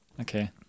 Okay